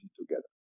together